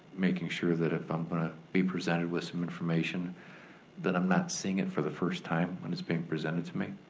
making sure that if i'm gonna be presented with some information that i'm not seeing it for the first time when it's being presented to me.